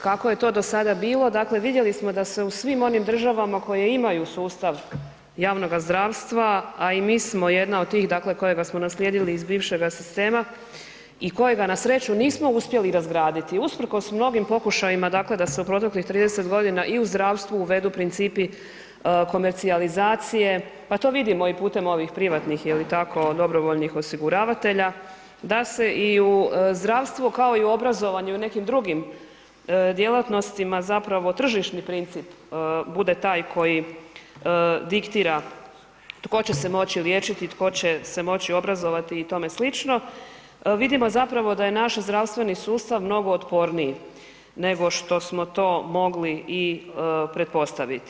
Kako je to do sada bilo, dakle vidjeli smo da se u svim onim državama koje imaju sustav javnoga zdravstva, a i mi smo jedna od tih, dakle kojega smo naslijedili iz bivšega sistema i kojega nasreću nismo uspjeli razgraditi usprkos mnogim pokušajima, dakle da se u proteklih 30.g. i u zdravstvu uvedu principi komercijalizacije, pa to vidimo i putem ovih privatnih ili tako dobrovoljnih osiguravatelja da se i u zdravstvu kao i u obrazovanju i nekim drugim djelatnostima zapravo tržišni princip bude taj koji diktira tko će se moći liječiti, tko će se moći obrazovati i tome slično, vidimo zapravo da je naš zdravstveni sustav mnogo otporniji nego što smo to mogli i pretpostaviti.